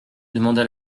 demanda